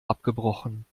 abgebrochen